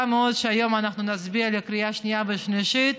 מאוד שהיום אנחנו נצביע בקריאה שנייה ושלישית